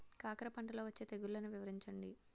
కాకర పంటలో వచ్చే తెగుళ్లను వివరించండి?